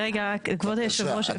כבוד היושב-ראש,